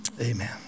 Amen